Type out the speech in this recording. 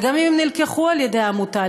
גם אם הם נלקחו על-ידי עמותה,